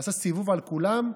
עשה סיבוב על כולם,